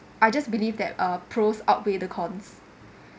I just believe that uh pros outweigh the cons